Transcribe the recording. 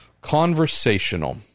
conversational